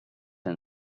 and